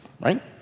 right